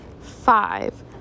Five